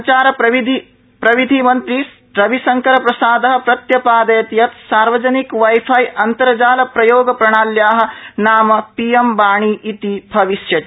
संचारप्रिविधिमन्त्री रविशंकरप्रसाद प्रत्यपादयत् यत् सार्वजनिक वाई फाई अन्तर्जाल प्रयोग प्रणाल्या नाम पीएम् वाणी इति भविष्यति